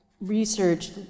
research